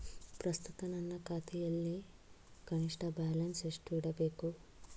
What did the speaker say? ಪ್ರಸ್ತುತ ನನ್ನ ಖಾತೆಯಲ್ಲಿ ಕನಿಷ್ಠ ಬ್ಯಾಲೆನ್ಸ್ ಎಷ್ಟು ಇಡಬೇಕು?